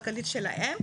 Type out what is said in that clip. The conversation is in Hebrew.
כלכלית שלהם.